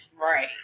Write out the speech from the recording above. Right